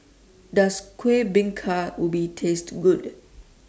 Does Kueh Bingka Ubi Taste Good